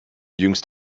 jüngst